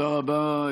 תודה רבה,